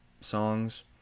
songs